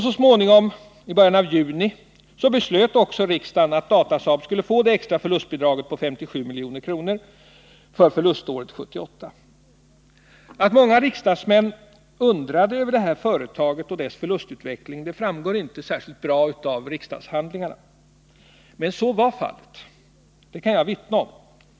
Så småningom, i början av juni, beslöt också riksdagen att Datasaab skulle få det extra förlustbidraget på 57 milj.kr. för förluståret 1978. Att många riksdagsmän undrade över det här företaget och dess förlustutveckling framgår inte särskilt bra av riksdagshandlingarna. Men så var fallet. Det kan jag vittna om.